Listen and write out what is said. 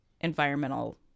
environmental